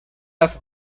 las